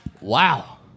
Wow